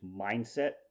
mindset